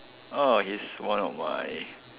oh he's one of my